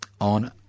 on